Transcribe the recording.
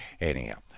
Anyhow